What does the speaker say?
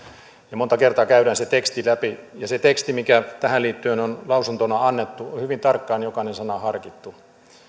ja monta kertaa käydään se teksti läpi siinä tekstissä mikä tähän liittyen on lausuntona annettu on hyvin tarkkaan jokainen sana harkittu